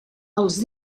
els